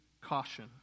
caution